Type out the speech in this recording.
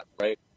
right